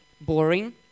Boring